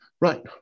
right